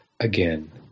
again